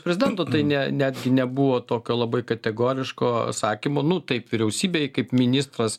prezidento tai ne netgi nebuvo tokio labai kategoriško sakymo nu taip vyriausybėj kaip ministras